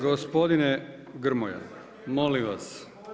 Gospodine Grmoja molim vas.